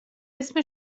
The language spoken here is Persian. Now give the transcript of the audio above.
اسم